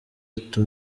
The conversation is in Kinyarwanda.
ati